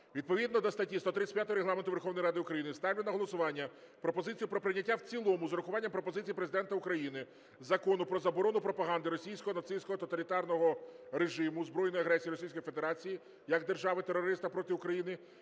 Відповідно до статті 135 Регламенту Верховної Ради України ставлю на голосування пропозицію про прийняття в цілому з урахуванням пропозицій Президента України Закону "Про заборону пропаганди російської нацистського тоталітарного режиму, збройної агресії Російської Федерації як держави-терориста проти України,